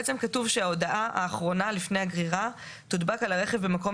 כתוב שההודעה האחרונה לפני הגרירה תודבק על הרכב במקום